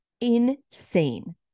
Insane